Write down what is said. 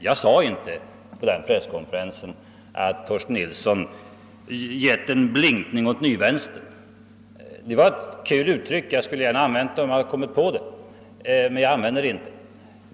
Jag sade inte på den presskonferensen att Torsten Nilsson gjort en »blinkning åt nyvänstern». Det var ett kul uttryck, jag skulle gärna använt det om jag kommit på det, men jag använde det inte.